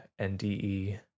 NDE